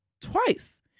twice